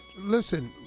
listen